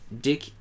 Dick